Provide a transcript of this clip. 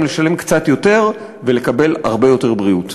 לשלם קצת יותר ולקבל הרבה יותר בריאות.